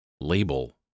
label